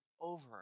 over